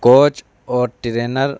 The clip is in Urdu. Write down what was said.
کوچ اور ٹرینر